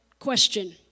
Question